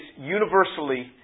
universally